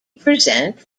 present